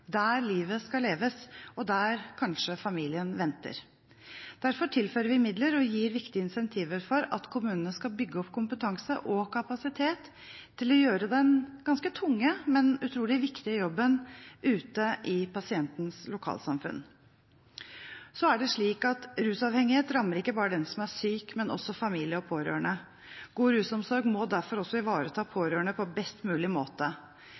der livet skal leves, og der kanskje familien venter. Derfor tilfører vi midler og gir viktige incentiver for at kommunene skal bygge opp kompetanse og kapasitet til å gjøre den ganske tunge, men utrolig viktige jobben ute i pasientenes lokalsamfunn. Rusavhengighet rammer ikke bare den som er syk, men også familie og pårørende. God rusomsorg må derfor også ivareta pårørende på best mulig måte.